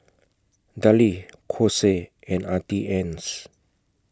Darlie Kose and Auntie Anne's